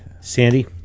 Sandy